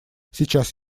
сейчас